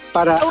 Para